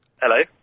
hello